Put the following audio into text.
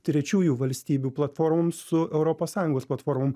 trečiųjų valstybių platformom su europos sąjungos platformom